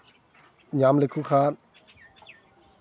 ᱧᱟᱢ ᱞᱮᱠᱚ ᱠᱷᱟᱱ